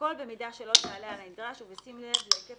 והכל במידה שלא תעלה על הנדרש ובשים לב להיקף